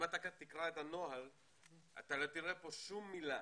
אתה תקרא את הנוהל אתה לא תראה פה שום מילה